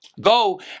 Go